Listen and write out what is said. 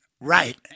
Right